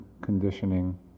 conditioning